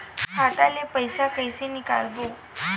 खाता ले पईसा कइसे निकालबो?